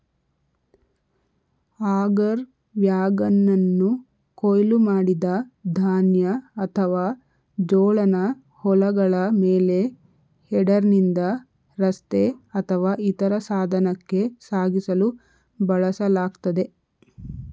auger ವ್ಯಾಗನನ್ನು ಕೊಯ್ಲು ಮಾಡಿದ ಧಾನ್ಯ ಅಥವಾ ಜೋಳನ ಹೊಲಗಳ ಮೇಲೆ ಹೆಡರ್ನಿಂದ ರಸ್ತೆ ಅಥವಾ ಇತರ ಸಾಧನಕ್ಕೆ ಸಾಗಿಸಲು ಬಳಸಲಾಗ್ತದೆ